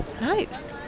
Nice